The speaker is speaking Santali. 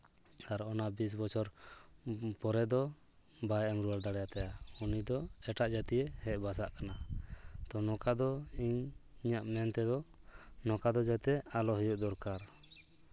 ᱟᱨ ᱚᱱᱟ ᱵᱤᱥ ᱵᱚᱪᱷᱚᱨ ᱯᱚᱨᱮ ᱫᱚ ᱵᱟᱭ ᱮᱢ ᱨᱩᱣᱟᱹᱲ ᱫᱟᱲᱮᱭᱟᱛᱟᱭᱟ ᱩᱱᱤ ᱫᱚ ᱮᱴᱟᱜ ᱡᱟᱹᱛᱤᱭᱮ ᱵᱟᱥᱟᱜ ᱠᱟᱱᱟ ᱛᱚ ᱱᱚᱝᱠᱟ ᱫᱚ ᱤᱧ ᱤᱧᱟᱹᱜ ᱢᱮᱱ ᱛᱮᱫᱚ ᱱᱚᱝᱠᱟ ᱫᱚ ᱡᱟᱛᱮ ᱟᱞᱚ ᱦᱩᱭᱩᱜ ᱫᱚᱨᱠᱟᱨ